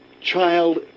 child